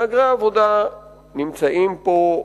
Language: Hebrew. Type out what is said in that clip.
מהגרי עבודה נמצאים פה,